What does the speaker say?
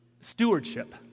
Stewardship